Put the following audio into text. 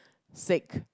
sick